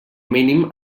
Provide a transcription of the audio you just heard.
mínim